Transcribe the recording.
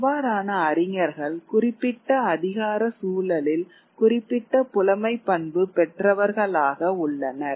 அவ்வாறான அறிஞர்கள் குறிப்பிட்ட அதிகார சூழலில் குறிப்பிட்ட புலமைபண்பு பெற்றவர்களாக உள்ளனர்